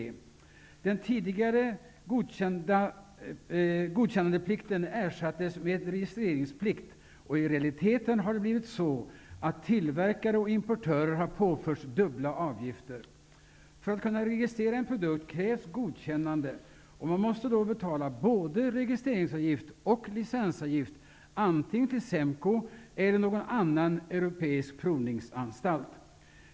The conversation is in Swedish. Den tidigare godkännandeplikten ersattes med en registreringsplikt, och i realiteten har tillverkare och importörer påförts dubbla avgifter. För att kunna registrera en produkt krävs godkännande, och man måste då betala både registreringsavgift och licensavgift, antingen till SEMKO eller till någon annan europeisk provningsanstalt.